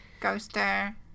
ghoster